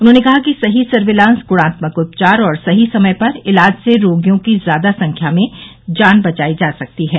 उन्होंने कहा कि सही सर्विलांस गुणात्मक उपचार और सही समय पर इलाज से रोगियों की ज्यादा संख्या में जान बचाई जा सकती हैं